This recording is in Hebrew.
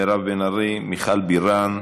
מירב בן ארי, מיכל בירן,